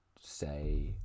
say